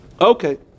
Okay